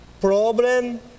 problem